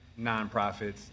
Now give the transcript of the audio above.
nonprofits